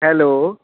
hello